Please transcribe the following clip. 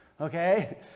Okay